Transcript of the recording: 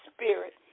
spirit